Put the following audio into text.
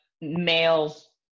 males